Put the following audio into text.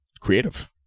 creative